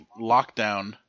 Lockdown